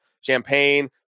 champagne